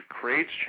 creates